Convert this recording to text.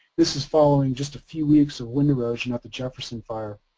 this is following just a few weeks of wind erosion at the jefferson fire.